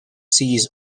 sees